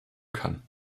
kann